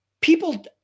people